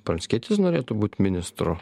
pranckietis norėtų būt ministru